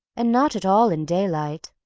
and not at all in daylight.